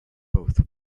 both